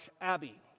Abbey